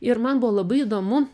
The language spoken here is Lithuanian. ir man buvo labai įdomu